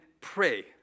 pray